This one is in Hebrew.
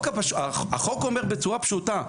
החוק אומר בצורה פשוטה,